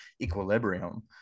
equilibrium